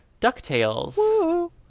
ducktales